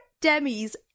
Demi's